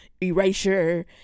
erasure